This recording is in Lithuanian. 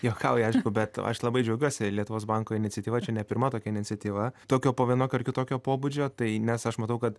juokauju aišku bet aš labai džiaugiuosi lietuvos banko iniciatyva čia ne pirma tokia iniciatyva tokio po vienokio ar kitokio pobūdžio tai nes aš matau kad